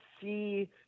see